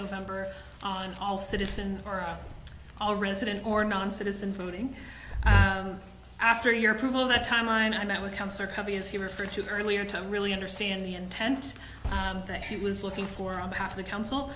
november on all citizens or all resident or non citizen voting after your approval that time i met with cancer companies he referred to earlier to really understand the intent that he was looking for on behalf of the council